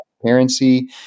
transparency